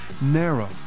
narrow